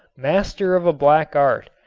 master of a black art,